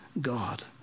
God